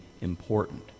important